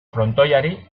frontoiari